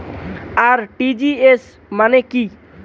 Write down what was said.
RTGS মানে কি?